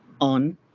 on